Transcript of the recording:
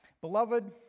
Beloved